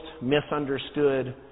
misunderstood